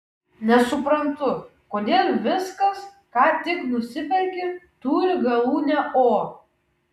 nesuprantu kodėl viskas ką tik nusiperki turi galūnę o